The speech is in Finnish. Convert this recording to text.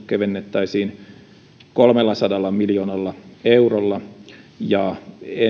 kevennettäisiin kolmellasadalla miljoonalla eurolla ja